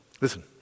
Listen